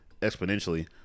exponentially